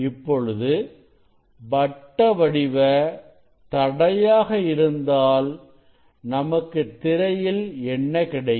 இப்பொழுது வட்டவடிவ தடையாக இருந்தால் நமக்கு திரையில் என்ன கிடைக்கும்